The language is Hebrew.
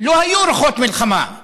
לא היו רוחות מלחמה.